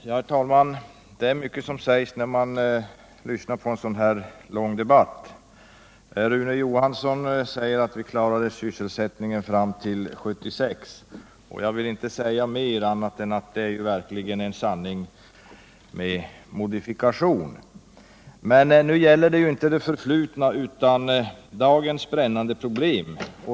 Herr talman! Det hinner sägas mycket under en sådan här lång debatt. Rune Johansson menade att vi klarade sysselsättningen fram till 1976, och jag vill inte säga mer än att det verkligen är en sanning med modifikation. Men nu gäller det ju inte det förflutna utan dagens brännande problem.